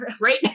Right